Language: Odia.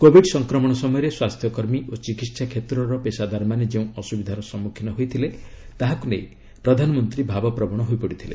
କୋବିଡ୍ ସଂକ୍ରମଣ ସମୟରେ ସ୍ୱାସ୍ଥ୍ୟକର୍ମୀ ଓ ଚିକିତ୍ସା କ୍ଷେତ୍ରର ପେସାଦାରମାନେ ଯେଉଁ ଅସୁବିଧାର ସମ୍ମୁଖୀନ ହୋଇଥିଲେ ତାହାକୁ ନେଇ ପ୍ରଧାନମନ୍ତ୍ରୀ ଭାବପ୍ରବଣ ହୋଇପଡ଼ିଥିଲେ